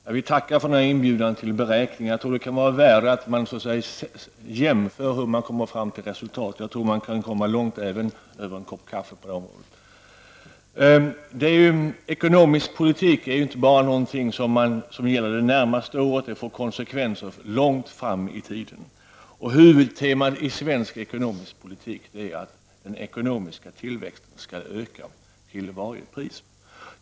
Herr talman! Jag vill tacka för inbjudan till beräkningar. Det kan vara av värde att vi jämför hur man kommer fram till resultat. Jag tror att man kan komma långt. även över en kopp kaffe, på det området. Ekonomisk politik är ju inte bara någonting som gäller det närmaste året utan någonting som får konsekvenser långt fram i tiden. Huvudtemat i svensk ekonomisk politik är att den ekonomiska tillväxten skall öka till varje pris.